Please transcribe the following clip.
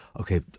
okay